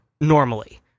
normally